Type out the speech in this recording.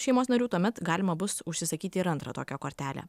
šeimos narių tuomet galima bus užsisakyti ir antrą tokią kortelę